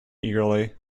eagerly